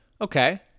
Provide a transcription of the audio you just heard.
Okay